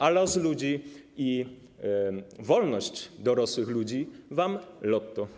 A los ludzi i wolność dorosłych ludzi wam lotto.